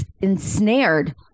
ensnared